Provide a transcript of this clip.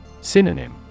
Synonym